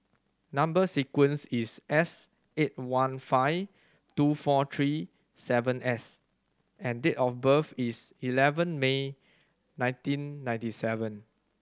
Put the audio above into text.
number sequence is S eight one five two four three seven S and date of birth is eleven May nineteen ninety seven